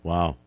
Wow